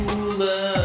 Cooler